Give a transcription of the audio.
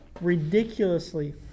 ridiculously